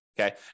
Okay